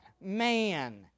man